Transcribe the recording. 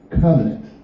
covenant